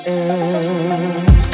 end